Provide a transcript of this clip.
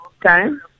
time